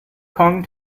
kong